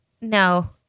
No